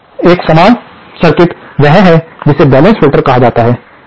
एक समान सर्किट वह है जिसे बैलेंस्ड फ़िल्टर कहा जाता है